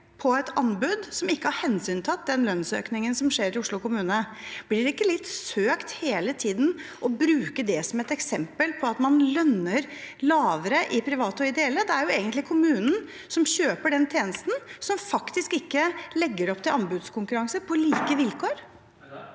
på et anbud som ikke har hensyntatt den lønnsøkningen som skjer i Oslo kommune. Blir det ikke litt søkt hele tiden å bruke det som et eksempel på at man lønner lavere hos private og ideelle? Det er jo egentlig kommunen som kjøper den tjenesten som faktisk ikke legger opp til anbudskonkurranse på like vilkår.